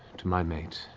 to my mate.